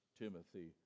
Timothy